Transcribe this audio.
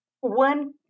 one